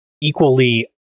equally